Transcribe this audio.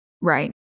Right